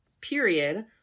period